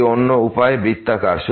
এই অন্য উপায় বৃত্তাকার